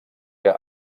que